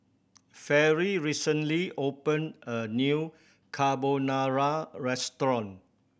Fairy recently opened a new Carbonara Restaurant